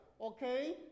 okay